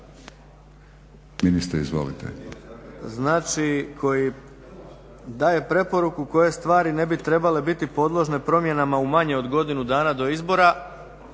Ministre, izvolite.